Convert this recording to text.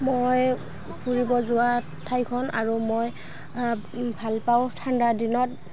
মই ফুৰিব যোৱা ঠাইখন আৰু মই ভালপাওঁ ঠাণ্ডা দিনত